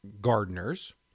gardeners